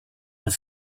was